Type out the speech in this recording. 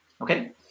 Okay